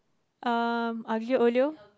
um Aglio-Olio